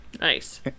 Nice